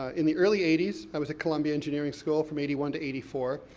ah in the early eighty s, i was at columbia engineering school, from eighty one to eighty four,